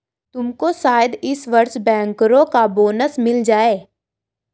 तुमको शायद इस वर्ष बैंकरों का बोनस मिल जाए